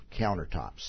countertops